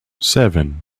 seven